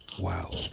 Wow